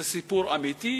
זה סיפור אמיתי,